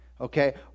okay